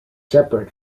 separate